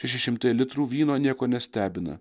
šeši šimtai litrų vyno nieko nestebina